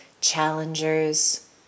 challengers